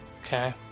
Okay